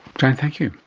jan, thank you.